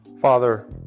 Father